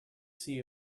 see